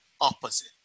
opposite